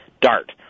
Dart